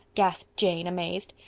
gasped jane, amazed.